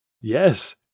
Yes